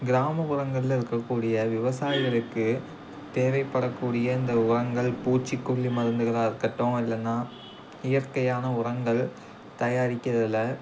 கிராமப்புறங்களில் இருக்கக்கூடிய விவசாயிகளுக்கு தேவைப்படக்கூடிய இந்த உரங்கள் பூச்சுக்கொல்லி மருந்துகளாக இருக்கட்டும் இல்லைன்னா இயற்கையான உரங்கள் தயாரிக்கிறதில்